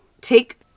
take